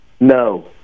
No